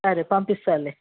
సరే పంపిస్తాలే